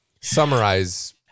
summarize